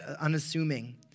unassuming